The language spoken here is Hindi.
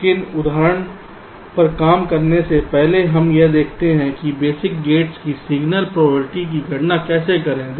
लेकिन उदाहरण पर काम करने से पहले हम यह देखते हैं कि बेसिक गेट्स की सिग्नल प्रोबेबिलिटी की गणना कैसे करें